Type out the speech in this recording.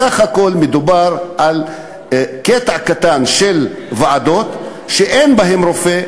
בסך הכול מדובר על קטע קטן של ועדות שאין בהן רופא,